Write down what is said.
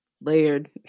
layered